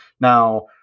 now